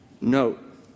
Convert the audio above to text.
note